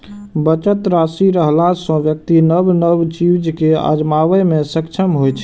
बचत राशि रहला सं व्यक्ति नव नव चीज कें आजमाबै मे सक्षम होइ छै